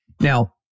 Now